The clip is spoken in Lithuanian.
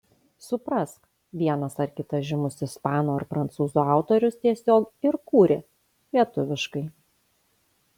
suprask vienas ar kitas žymus ispanų ar prancūzų autorius tiesiog ir kūrė lietuviškai